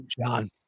John